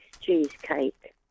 cheesecake